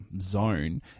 zone